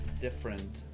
different